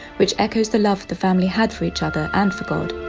which echoes the love the family had for each other and for god.